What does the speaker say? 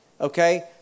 Okay